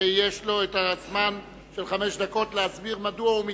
ויש לו זמן של חמש דקות להסביר מדוע הוא מתנגד.